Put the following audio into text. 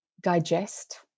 digest